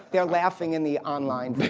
they're laughing in the online